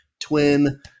twin